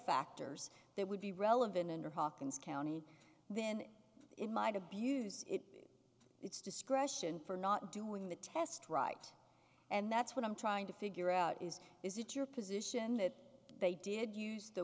factors that would be relevant under hawkins county then it might abuse it its discretion for not doing the test right and that's what i'm trying to figure out is is it your position that they did use the